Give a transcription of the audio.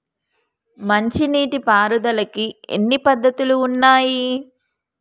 మంచి నీటి పారుదలకి ఎన్ని పద్దతులు ఉన్నాయి?